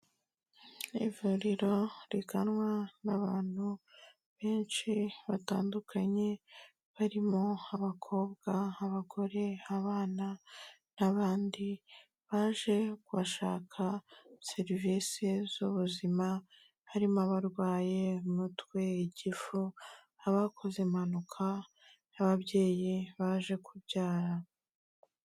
Ivuriro riganwa n'abantu benshi batandukanye barimo abakobwa, abagore, abana n'abandi baje kuhashaka serivisi z'ubuzima, harimo abarwaye umutwe, igifu, abakoze impanuka n'ababyeyi baje kubyara.